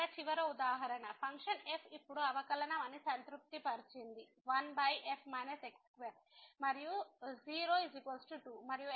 ఇక్కడ చివరి ఉదాహరణ ఫంక్షన్ f ఇప్పుడు అవకలనం అని సంతృప్తిపరిచింది 15 x2 మరియు 2